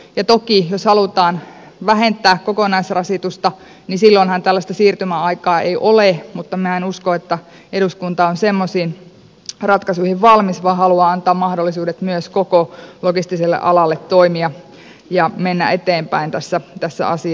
ja toki jos halutaan vähentää kokonaisrasitusta silloinhan tällaista siirtymäaikaa ei ole mutta minä en usko että eduskunta on semmoisiin ratkaisuihin valmis vaan haluaa antaa mahdollisuudet myös koko logistiselle alalle toimia ja mennä eteenpäin tässä asiassa